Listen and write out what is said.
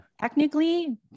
Technically